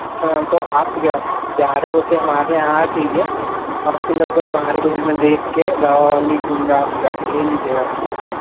अच्छा मैम तो आपको ग्यारह बजे ग्यारह बजे हमारे यहाँ आ जाइए आपको लगभग बारह बजे मैं देख के दवा ओवा लिख दूँगा आप जा कर ले लीजिएगा शॉप पर